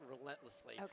relentlessly